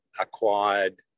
acquired